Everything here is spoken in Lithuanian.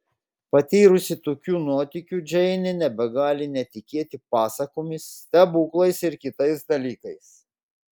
patyrusi tokių nuotykių džeinė nebegali netikėti pasakomis stebuklais ir kitais dalykais